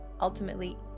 ultimately